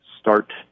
start